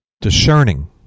discerning